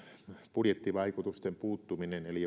budjettivaikutusten puuttuminen eli